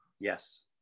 Yes